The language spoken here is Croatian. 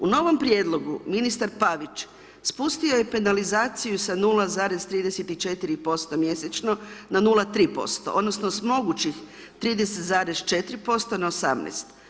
U novom prijedlogu ministar Pavić, spustio je penalizaciju sa 0,34% mjesečno na 0,3%, odnosno mogućih 30,4% na 18.